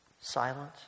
silent